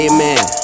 Amen